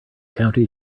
county